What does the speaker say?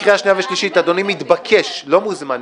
ולקראת הקריאה השנייה והשלישית אדוני מתבקש לא מוזמן,